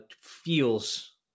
feels